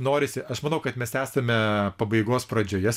norisi aš manau kad mes esame pabaigos pradžioje